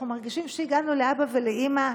אנחנו מרגישים שהגענו לאבא ולאימא.